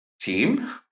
team